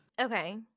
Okay